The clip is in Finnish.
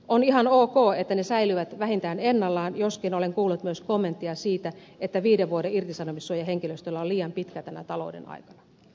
on ihan ok että ne säilyvät vähintään ennallaan joskin olen kuullut myös kommenttia siitä että viiden vuoden irtisanomissuoja henkilöstöllä on liian pitkä tämän talouden aikana